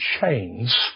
chains